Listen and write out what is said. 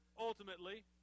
Ultimately